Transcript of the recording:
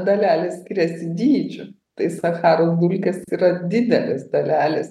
dalelės skiriasi dydžiu tai sacharos dulkės yra didelės dalelės